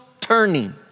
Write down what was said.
turning